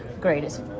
greatest